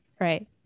right